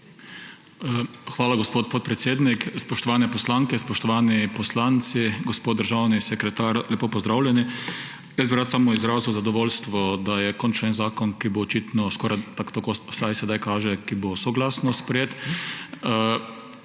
Hvala, gospod podpredsednik. Spoštovane poslanke, spoštovani poslanci, gospod državni sekretar lepo pozdravljeni! Rad bi samo izrazil zadovoljstvo, da je končno en zakon, ki bo očitno skoraj – tako vsaj sedaj kaže –, soglasno sprejet.